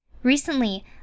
recently